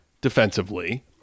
defensively